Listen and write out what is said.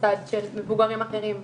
מצד של מבוגרים אחרים,